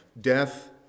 death